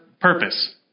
Purpose